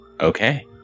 Okay